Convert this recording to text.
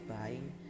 buying